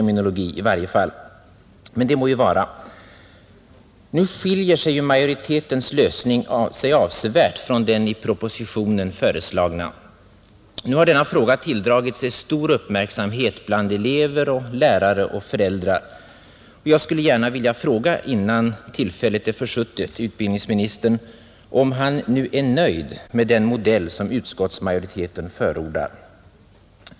Majoritetens lösning skiljer sig avsevärt från den i propositionen föreslagna. Denna fråga har tilldragit sig stor uppmärksamhet bland elever, lärare och föräldrar, och innan tillfället är försuttet vill jag därför gärna fråga utbildningsministern, om han nu är nöjd med den modell som utskottsmajoriteten förordar.